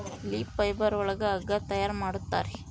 leaf fibre ಒಳಗ ಹಗ್ಗ ತಯಾರ್ ಮಾಡುತ್ತಾರೆ